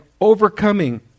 overcoming